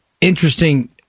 interesting